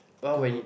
oh when